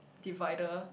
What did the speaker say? divider